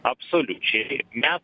absoliučiai mes